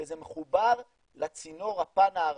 וזה מחובר לצינור הפאן הערבי.